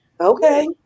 Okay